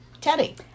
Teddy